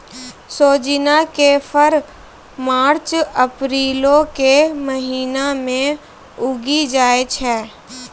सोजिना के फर मार्च अप्रीलो के महिना मे उगि जाय छै